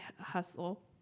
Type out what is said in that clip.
hustle